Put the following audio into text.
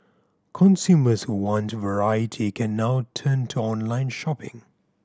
consumers who want variety can now turn to online shopping